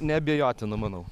neabejotina manau